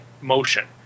motion